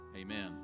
Amen